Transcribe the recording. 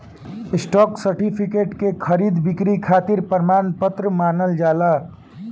stock certificate के खरीद बिक्री खातिर प्रमाण पत्र मानल जाला